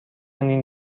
نیم